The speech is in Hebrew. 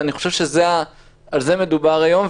ואני חושב שעל זה מדובר היום,